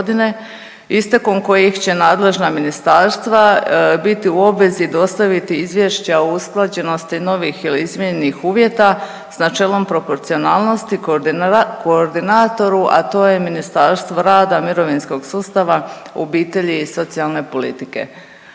istekom kojih će nadležna ministarstva biti u obvezi dostaviti izvješća o usklađenosti novih ili izmijenjenih uvjeta s načelom proporcionalnosti koordinatoru, a to je Ministarstvo rada, mirovinskog sustava, obitelji i socijalne politike.